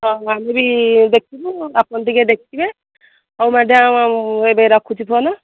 ହଉ ଆମେ ବି ଦେଖିବୁ ଆପଣ ଟିକେ ଦେଖିବେ ହଉ ମ୍ୟାଡ଼ାମ୍ ମୁଁ ଏବେ ରଖୁଛି ଫୋନ୍